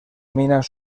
minas